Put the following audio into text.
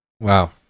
Wow